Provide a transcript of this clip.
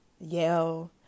yell